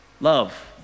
Love